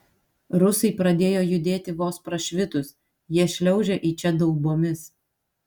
rusai pradėjo judėti vos prašvitus jie šliaužia į čia daubomis